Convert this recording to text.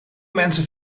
mensen